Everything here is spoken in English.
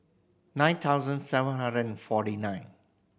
nine thousand seven hundred and forty nine